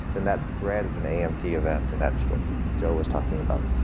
then that spread is an amt event, and that's what joe was talking about.